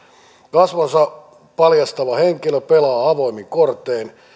kasvonsa paljastava henkilö pelaa avoimin kortein